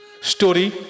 Story